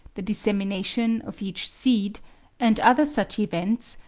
the dissemination of each seed and other such events,